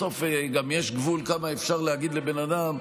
בסוף גם יש גבול לכמה אפשר להגיד לבן אדם,